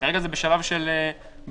כרגע זה בשלב של בשלות,